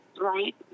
right